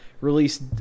released